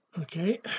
okay